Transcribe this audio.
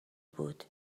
بود